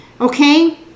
okay